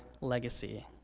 legacy